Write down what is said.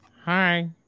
Hi